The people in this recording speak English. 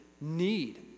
need